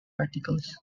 articles